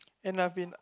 and I've been